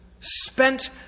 spent